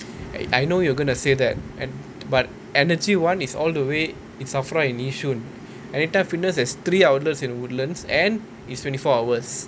eh I know you're going to say that and but energyone is all the way in SAFRA in yishun Anytime Fitness has three outlets in woodlands and it's twenty four hours